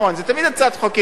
תמיד הצעת החוק היא נכונה.